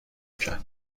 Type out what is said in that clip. کرد